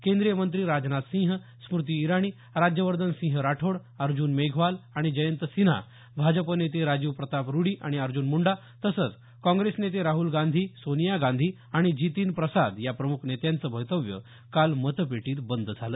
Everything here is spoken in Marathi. केंद्रीय मंत्री राजनाथ सिंह स्मृती इराणी राज्यवर्धन सिंह राठोड अर्जुन मेघवाल आणि जयंत सिन्हा भाजप नेते राजीव प्रताप रूडी आणि अर्जन मुंडा तसेच काँग्रेस नेते राहुल गांधी सोनिया गांधी आणि जितीन प्रसाद या प्रमुख नेत्यांचं भवितव्य काल मतपेटीत बंद झालं